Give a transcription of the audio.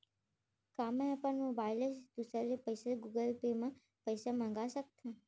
का मैं अपन मोबाइल ले दूसर ले पइसा गूगल पे म पइसा मंगा सकथव?